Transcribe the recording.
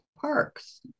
parks